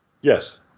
Yes